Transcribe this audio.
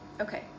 Okay